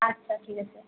আচ্ছা ঠিক আছে